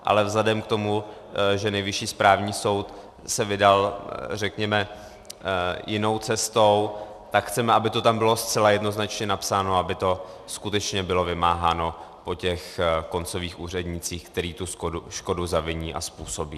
Ale vzhledem k tomu, že Nejvyšší správní soud se vydal, řekněme, jinou cestou, tak chceme, aby to tam bylo zcela jednoznačně napsáno, aby to skutečně bylo vymáháno po těch koncových úřednících, kteří tu škodu zaviní a způsobí.